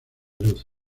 luz